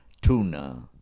tuna